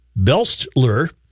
Belstler